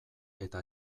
eta